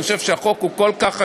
אבל אני חושב שהחוק הוא כל כך חשוב,